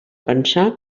pensar